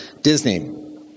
Disney